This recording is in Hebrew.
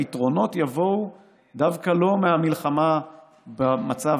הפתרונות יבואו דווקא לא מהמלחמה במצב